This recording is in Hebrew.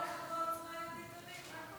כל חברי עוצמה יהודית עולים,